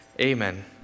Amen